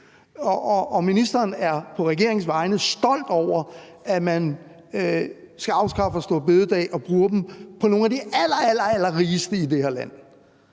og ministeren er på regeringens vegne stolt over, at man afskaffer store bededag og bruger pengene på nogle af de allerallerrigeste i det her land